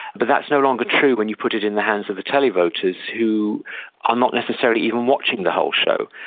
but that is no longer true when you put it in the hands of the televoters who are not necessarily even watching the whole show,